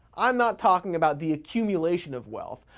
i'm not talking about the accumulation of wealth.